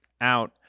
out